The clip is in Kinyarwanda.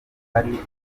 hari